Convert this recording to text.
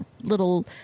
little